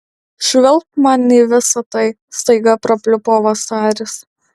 švilpt man į visa tai staiga prapliupo vasaris